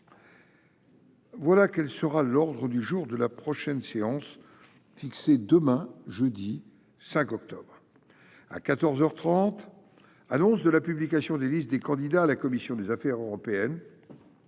Voici quel sera l’ordre du jour de la prochaine séance fixée à demain, jeudi 5 octobre, à quatorze heures trente : Annonce de la publication des listes des candidats à la commission des affaires européennes